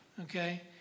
okay